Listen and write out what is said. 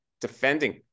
defending